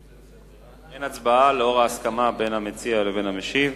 אין הצבעה לאור ההסכמה בין המציע לבין המשיב.